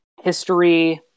history